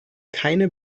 keine